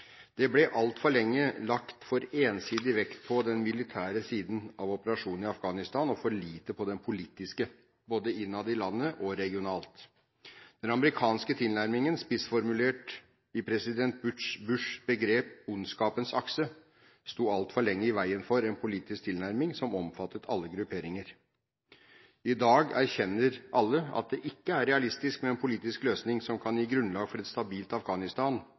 Det ble altfor lenge lagt for ensidig vekt på den militære siden av operasjonen i Afghanistan og for lite på den politiske, både innad i landet og regionalt. Den amerikanske tilnærmingen, spissformulert i president Bush’ begrep «ondskapens akse», sto altfor lenge i veien for en politisk tilnærming som omfattet alle grupperinger. I dag erkjenner alle at det ikke er realistisk med en politisk løsning som kan gi grunnlag for et stabilt Afghanistan,